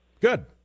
good